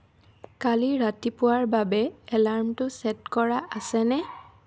কালি ৰাতিপুৱাৰ বাবে এলাৰ্মটো ছেট কৰা আছেনে